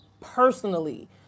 personally